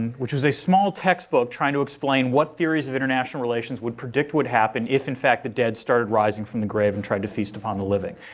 and which was a small textbook trying to explain what theories of international relations would predict would happen if, in fact, the dead started rising from the grave and tried to feast upon the living.